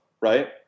right